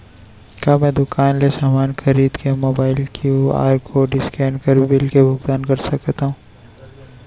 का मैं दुकान ले समान खरीद के मोबाइल क्यू.आर कोड स्कैन कर बिल के भुगतान कर सकथव?